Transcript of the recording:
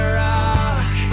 rock